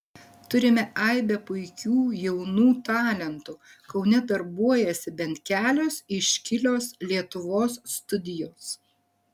turime aibę puikių jaunų talentų kaune darbuojasi bent kelios iškilios lietuvos studijos